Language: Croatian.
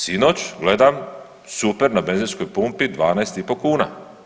Sinoć gledam super na benzinskoj pumpi 12,5 kuna.